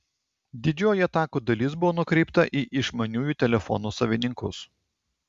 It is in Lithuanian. didžioji atakų dalis buvo nukreipta į išmaniųjų telefonų savininkus